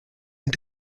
and